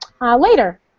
later